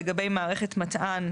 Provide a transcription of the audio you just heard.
לגבי מערכת מתאן,